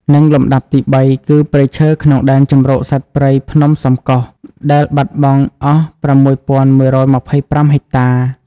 និងលំដាប់ទី៣ គឺព្រៃឈើក្នុងដែនជម្រកសត្វព្រៃភ្នំសំកុស ដែលបាត់បង់អស់៦១២៥ហិកតា។